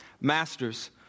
Masters